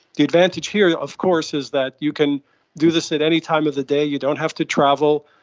the advantage here of course is that you can do this at any time of the day, you don't have to travel,